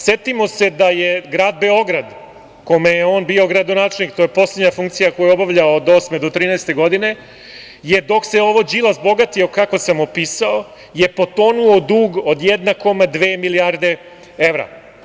Setimo se da je grad Beograd kome je on bio gradonačelnik, to je poslednja funkcija koju je obavljao od 2008-2013. godine, dok se Đilas bogatio, kako sam opisao, potonuo u dug od 1,2 milijarde evra.